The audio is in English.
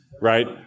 right